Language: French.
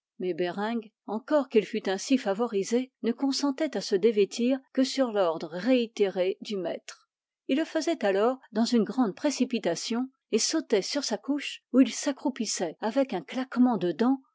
mais bereng encore qu'il fût ainsi favorisé ne consentait à se dévêtir que sur l'ordre réitéré du maitre il le faisait alors dans une grande précipitation et sautait sur sa couche où il s'accroupissait avec un claquement